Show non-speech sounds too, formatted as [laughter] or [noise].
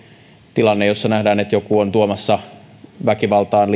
tilanne jossa nähdään että joku on tuomassa väkivaltaan [unintelligible]